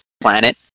planet